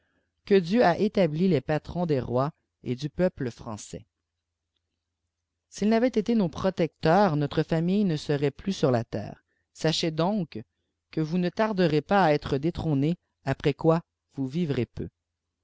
que dieu a établis les patrons des rois et du peuple français s'ils n'avaient été nos protecteurs notre famille ne serait plus sur la terre sachez donc que vous ne tarderez pas à être détrôné après quoi vous vivrez peu